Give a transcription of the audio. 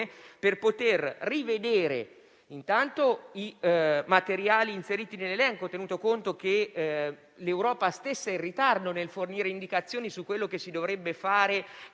per poter rivedere intanto i materiali inseriti nell'elenco, tenuto conto che l'Europa stessa è in ritardo nel fornire indicazioni su quello che si dovrebbe fare